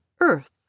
earth